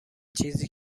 چیزی